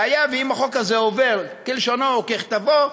שהיה והחוק הזה עובר כלשונו וככתבו,